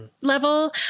level